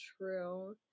true